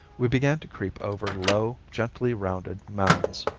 we began to creep over low, gently rounded mounds.